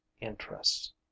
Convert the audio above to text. interests